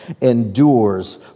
endures